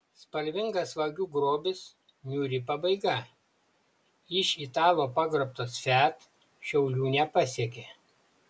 spalvingas vagių grobis niūri pabaiga iš italo pagrobtas fiat šiaulių nepasiekė